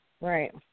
Right